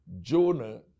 Jonah